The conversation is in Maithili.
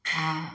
आ